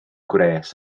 gwres